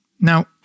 Now